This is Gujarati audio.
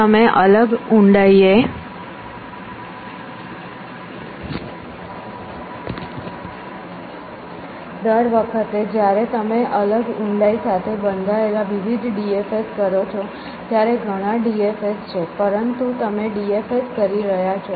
તે એક DFS નથી દર વખતે જ્યારે તમે અલગ ઊંડાઈ સાથે બંધાયેલા વિવિધ DFS કરો છો ત્યારે ઘણા DFS છે પરંતુ તમે DFS કરી રહ્યા છો